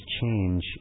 change